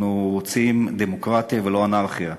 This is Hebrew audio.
אנחנו רוצים דמוקרטיה ולא אנרכיה.